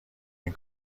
این